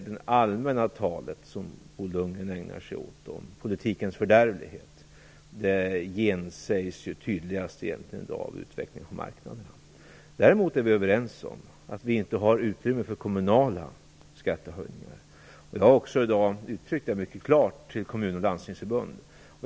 Det allmänna tal som Bo Lundgren ägnar sig åt, om politikens fördärvlighet, gensägs egentligen tydligast av utvecklingen på marknaderna. Däremot är vi överens om att det inte finns utrymme för kommunala skattehöjningar. Jag har i dag också mycket klart uttryckt detta för Kommunförbundet och Landstingsförbundet.